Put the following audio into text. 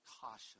caution